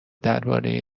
درباره